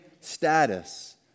status